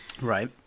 right